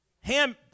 Ham